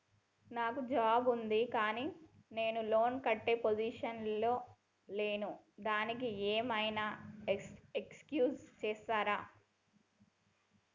నాకు జాబ్ ఉంది కానీ నేను లోన్ కట్టే పొజిషన్ లా లేను దానికి ఏం ఐనా ఎక్స్క్యూజ్ చేస్తరా?